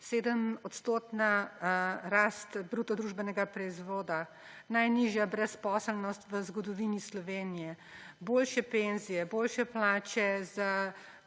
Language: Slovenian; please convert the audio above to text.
7-odstotna rast bruto družbenega proizvoda, najnižja brezposelnost v zgodovini Slovenije, boljše penzije, boljše plače za